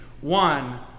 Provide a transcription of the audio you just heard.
one